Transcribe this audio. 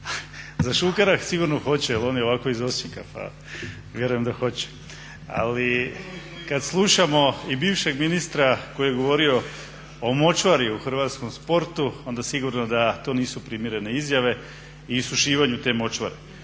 Za Šukera sigurno hoće jel je on iz Osijeka pa vjerujem da hoće. Ali kada slušamo i bivšeg ministra koji je govorio o močvari u hrvatskom sportu onda sigurno da to nisu primjerene izjave i isušivanju te močvare.